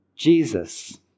Jesus